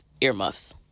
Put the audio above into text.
earmuffs